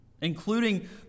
including